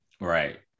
Right